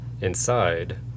inside